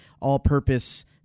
all-purpose